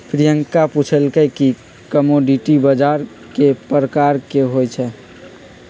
प्रियंका पूछलई कि कमोडीटी बजार कै परकार के होई छई?